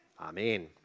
Amen